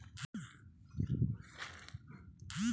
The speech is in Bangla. যখন ইন্টারনেটে ডিজিটালি টাকা স্থানান্তর করা হয়